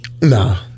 Nah